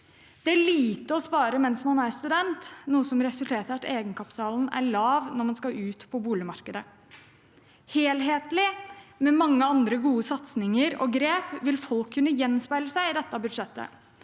Det er lite å spare mens man er student, noe som resulterer i at egenkapitalen er lav når man skal ut på boligmarkedet. Helhetlig, med mange andre gode satsinger og grep, vil folk kunne gjenspeile seg i dette budsjettet.